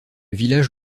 village